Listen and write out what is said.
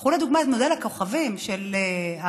קחו, לדוגמה, את מודל הכוכבים של הפגיות.